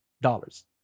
dollars